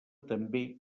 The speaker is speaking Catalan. també